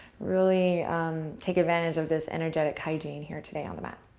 really take advantage of this energetic hygiene here today on the mat.